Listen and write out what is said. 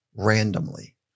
randomly